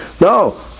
No